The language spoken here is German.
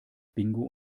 bingo